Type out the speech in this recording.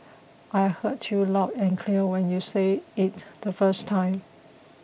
I heard you loud and clear when you said it the first time